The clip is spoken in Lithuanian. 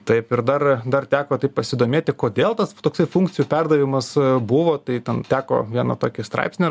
taip ir dar dar teko taip pasidomėti kodėl tas toksai funkcijų perdavimas buvo tai ten teko vieną tokį straipsnį